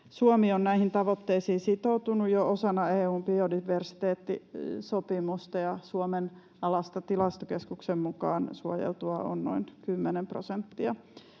Suomi on näihin tavoitteisiin sitoutunut jo osana EU:n biodiversiteettisopimusta, ja Suomen alasta on Tilastokeskuksen mukaan suojeltua noin 10 prosenttia.